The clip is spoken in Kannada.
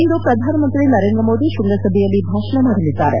ಇಂದು ಪ್ರಧಾನಮಂತ್ರಿ ನರೇಂದ್ರ ಮೋದಿ ಶ್ವಂಗಸಭೆಯಲ್ಲಿ ಭಾಷಣ ಮಾದಲಿದ್ದಾರೆ